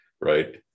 right